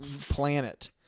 planet